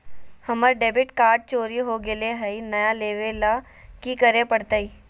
हमर debit card चोरी हो गेले हई, नया लेवे ल की करे पड़तई?